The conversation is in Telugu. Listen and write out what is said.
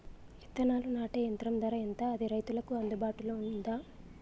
విత్తనాలు నాటే యంత్రం ధర ఎంత అది రైతులకు అందుబాటులో ఉందా?